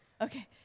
okay